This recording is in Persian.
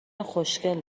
خوشکل